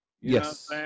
Yes